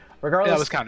Regardless